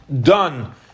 done